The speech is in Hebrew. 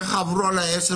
ככה עברו עלי עשר